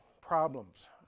problems